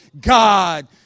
God